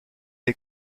des